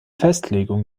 festlegung